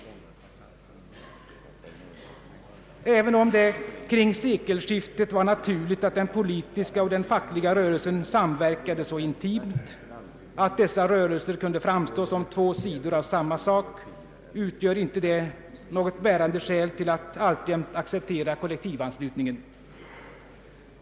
Även om det kring sekelskiftet var naturligt att den politiska och den fackliga rörelsen samverkade så intimt, att dessa rörelser kunde framstå som två sidor av samma sak, utgör inte det något bärande skäl till att alltjämt acceptera kollektivanslutningen.